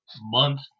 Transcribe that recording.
month